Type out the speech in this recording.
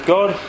God